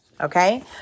Okay